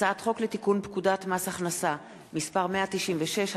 הצעת חוק לתיקון פקודת מס הכנסה (מס' 196),